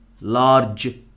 large